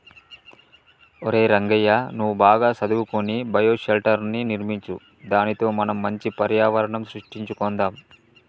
ఒరై రంగయ్య నువ్వు బాగా సదువుకొని బయోషెల్టర్ర్ని నిర్మించు దానితో మనం మంచి పర్యావరణం సృష్టించుకొందాం